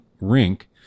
rink